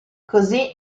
così